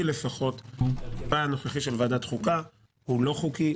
הרכבה הנוכחי של ועדת חוקה הוא לא חוקי,